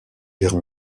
guerre